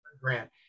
Grant